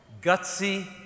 Gutsy